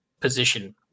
position